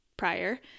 prior